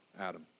Adam